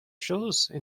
chose